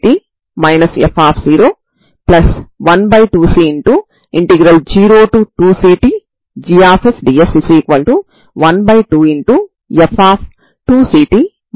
X వస్తుంది ఇక్కడ P Sturm Liouville సమీకరణం కాబట్టి px1 qx0 మరియు wx1 అవుతుంది